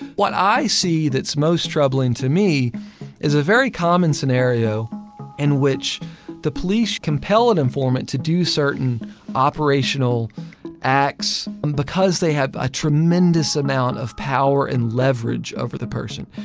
what i see that's most troubling to me is a very common scenario in which the police compel an informant to do certain operational acts and because they have a tremendous amount of power and leverage over the person.